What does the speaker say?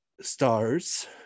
stars